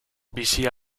bizitza